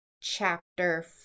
chapter